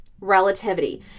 Relativity